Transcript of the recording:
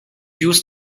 used